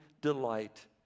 delight